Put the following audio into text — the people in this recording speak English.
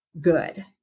good